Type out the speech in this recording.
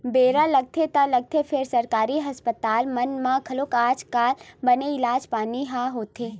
बेरा लगथे ता लगथे फेर सरकारी अस्पताल मन म घलोक आज कल बने इलाज पानी ह होथे